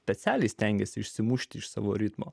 specialiai stengiasi išsimušti iš savo ritmo